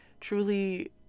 truly